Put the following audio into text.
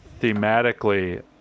thematically